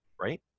right